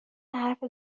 حرف